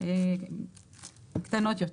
קטנות יותר